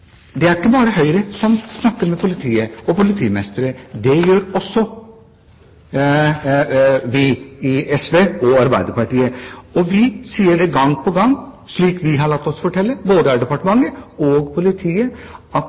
Det er ikke bare Høyre som snakker med politiet og politimestere, det gjør også vi i SV og i Arbeiderpartiet. Vi sier det gang på gang – slik vi har latt oss fortelle både av departementet og politiet – at